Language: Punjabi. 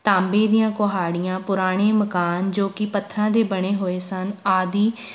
ਤਾਂਬੇ ਦੀਆਂ ਕੁਹਾੜੀਆਂ ਪੁਰਾਣੇ ਮਕਾਨ ਜੋ ਕਿ ਪੱਥਰਾਂ ਦੇ ਬਣੇ ਹੋਏ ਸਨ ਆਦਿ